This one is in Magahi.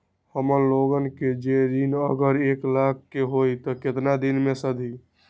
हमन लोगन के जे ऋन अगर एक लाख के होई त केतना दिन मे सधी?